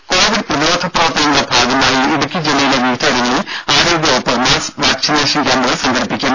രും കൊവിഡ് പ്രതിരോധ പ്രവർത്തനങ്ങളുടെ ഭാഗമായി ഇടുക്കി ജില്ലയിലെ വിവിധയിടങ്ങളിൽ ആരോഗ്യവകുപ്പ് മാസ്സ് വാക്സിനേഷൻ ക്യാമ്പ് സംഘടിപ്പിക്കും